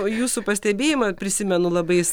o jūsų pastebėjimą prisimenu labai